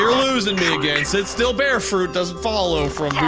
losing me again, sit still, bear fruit doesn't follow for